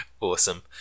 Awesome